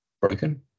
broken